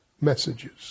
messages